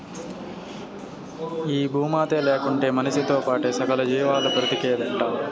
ఈ భూమాతే లేకుంటే మనిసితో పాటే సకల జీవాలు బ్రతికేదెట్టా